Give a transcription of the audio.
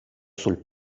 sul